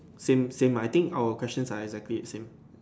same same mah I think our question are exactly the same